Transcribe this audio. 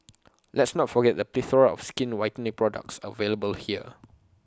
let's not forget the plethora of skin whitening products available here